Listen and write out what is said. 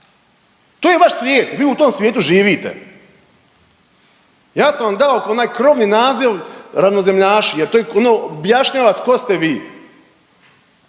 To je vaš svijet, vi u tom svijetu živite. Ja sam vam dao onaj krovni naziv ravnozemljaši jer to ono objašnjava tko ste vi.